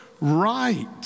right